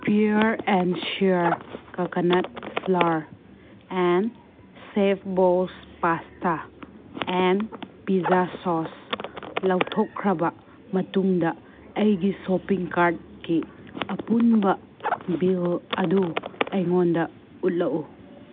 pure and ꯁꯤꯌꯥꯔ coconut flour and chef boss pasta and pizza sauce ꯂꯧꯊꯣꯛꯈ꯭ꯔꯕ ꯃꯇꯨꯡꯗ ꯑꯩꯒꯤ ꯁꯣꯞꯄꯤꯡ ꯀꯥꯔꯠꯀꯤ ꯑꯄꯨꯟꯕ ꯕꯤꯜ ꯑꯗꯨ ꯑꯩꯉꯣꯟꯗ ꯎꯠꯂꯛꯎ